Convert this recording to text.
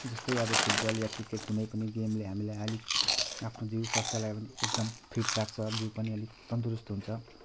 जस्तै अब फुटबल या क्रिकेट कुनै पनि गेमले हामीलाई अलिक आफ्नो जिउ स्वास्थ्यलाई पनि एकदम फिट राख्छ जिउ पनि अलिक तन्दुरुस्त हुन्छ